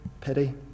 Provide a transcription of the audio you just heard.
pity